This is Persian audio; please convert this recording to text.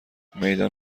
میدان